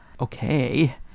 okay